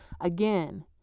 Again